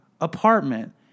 apartment